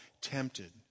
tempted